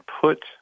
put